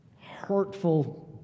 hurtful